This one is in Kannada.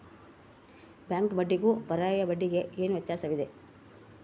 ಬ್ಯಾಂಕ್ ಬಡ್ಡಿಗೂ ಪರ್ಯಾಯ ಬಡ್ಡಿಗೆ ಏನು ವ್ಯತ್ಯಾಸವಿದೆ?